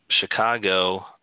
Chicago